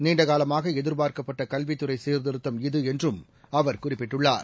நீண்டகாலமாக எதிர்பார்க்கப்பட்ட கல்வித்துறை சீர்திருத்தம் இது என்றும் அவர் குறிப்பிட்டுள்ளார்